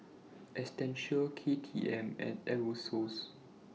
Essential K T M and Aerosoles